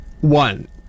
one